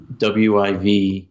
WIV